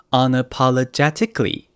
unapologetically